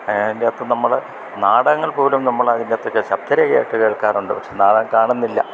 അതിൻ്റെ അകത്ത് നമ്മള് നാടകങ്ങൾ പോലും നമ്മള് അതിൻ്റെ അകത്തൊക്കെ ശബ്ദ രേഖയായിട്ട് കേൾക്കാറുണ്ട് പക്ഷെ നാടകം കാണുന്നില്ല